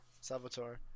salvatore